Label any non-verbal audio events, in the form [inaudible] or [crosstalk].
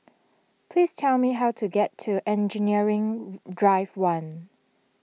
please tell me how to get to Engineering [noise] Drive one